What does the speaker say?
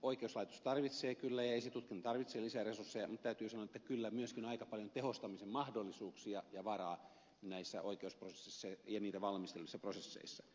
oikeuslaitos ja esitutkinta tarvitsevat kyllä lisää resursseja mutta täytyy sanoa että kyllä myöskin on aika paljon tehostamisen mahdollisuuksia ja varaa näissä oikeusprosesseissa ja niitä valmistelevissa prosesseissa